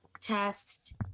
test